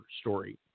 story